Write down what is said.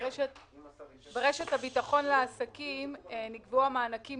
ברשת הביטחון לעסקים נגבו המענקים